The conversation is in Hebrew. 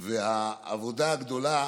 והעבודה הגדולה